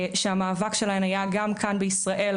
שהמאבק שלהם היה גם כאן בישראל,